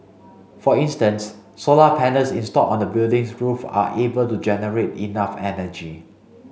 for instance solar panels installed on the building's roof are able to generate enough energy